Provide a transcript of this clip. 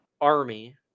Army